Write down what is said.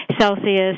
Celsius